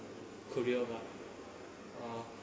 korea [what] uh